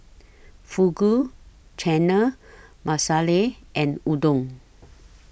Fugu Chana Masala and Udon